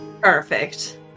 Perfect